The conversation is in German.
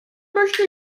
möchte